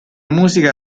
musica